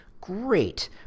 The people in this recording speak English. great